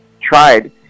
tried